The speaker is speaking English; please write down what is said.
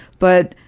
but,